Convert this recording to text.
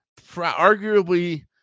Arguably